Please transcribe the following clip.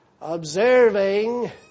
observing